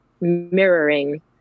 mirroring